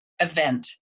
event